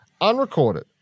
unrecorded